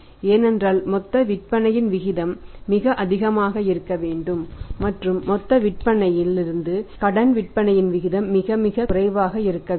ஏனென்றால் மொத்த விற்பனையின் விகிதம் மிக அதிகமாக இருக்க வேண்டும் மற்றும் மொத்த விற்பனையிலிருந்து கடன் விற்பனையின் விகிதம் மிக மிகக் குறைவாக இருக்க வேண்டும்